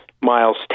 Miles